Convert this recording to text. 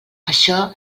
això